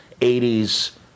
80s